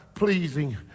pleasing